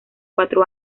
cuatro